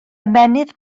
ymennydd